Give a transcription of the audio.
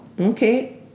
okay